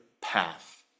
path